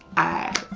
i.